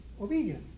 Obedience